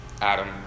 Adam